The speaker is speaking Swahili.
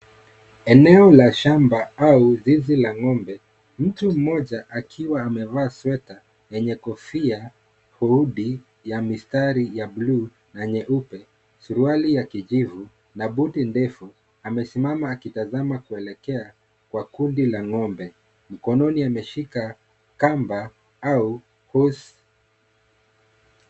Eneo la shamba au zizi la ng'ombe mtu mmoja akiwa amevaa sweta yenye kofia hudi yenye mistrai ya blu na nyeupe suruali ya kijivu na buti ndefu amesimama akitazama kuelekea kwa kundi la ng'ombe mkononi ameshika kamba au horse .